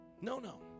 No-no